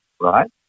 right